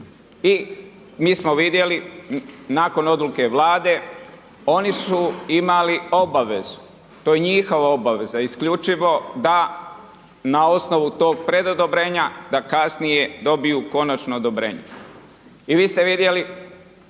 I mi smo vidjeli nakon odluke Vlade, oni su imali obavezu, to je njihova obaveza, isključivo da na osnovu tog pred odobrenja, da kasnije dobiju konačno odobrenje. I vi ste vidjeli